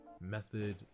method